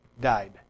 died